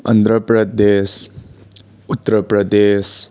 Andhra Pradesh Uttar Pradesh